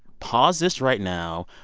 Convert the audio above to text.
pause this right now.